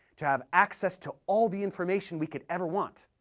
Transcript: to have access to all the information we could ever want.